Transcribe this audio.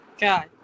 God